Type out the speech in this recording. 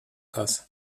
caz